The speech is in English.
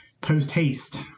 post-haste